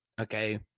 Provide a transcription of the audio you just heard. okay